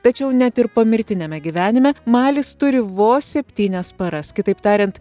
tačiau net ir pomirtiniame gyvenime malis turi vos septynias paras kitaip tariant